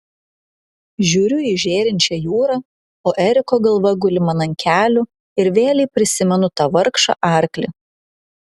žiūriu į žėrinčią jūrą o eriko galva guli man ant kelių ir vėlei prisimenu tą vargšą arklį